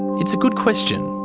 it's a good question.